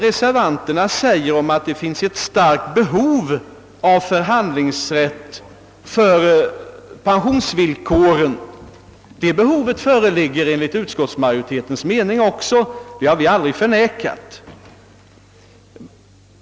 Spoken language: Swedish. Reservanterna säger att det finns ett starkt behov av förhandlingsrätt om pensionsvillkoren. Ja, detta behov föreligger också enligt utskottsmajoritetens mening, det har vi aldrig förnekat.